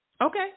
Okay